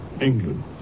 England